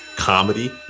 comedy